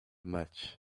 match